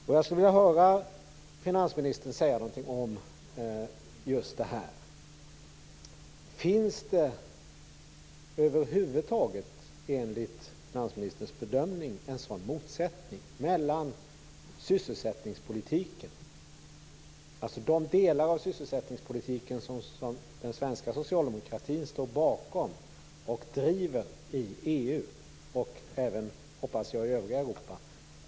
Jag skulle vilja höra finansministern säga något om just det här. Finns det över huvud taget, enligt finansministerns bedömning, en sådan motsättning när det gäller sysselsättningspolitiken, alltså de delar av sysselsättningspolitiken som den svenska socialdemokratin står bakom och driver i EU och även - hoppas jag - övriga Europa?